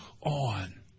on